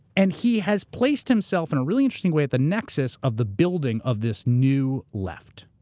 and he has placed himself in a really interesting way at the nexus of the building of this new left.